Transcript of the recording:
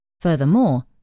Furthermore